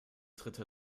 dritte